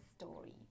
story